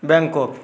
Bangkok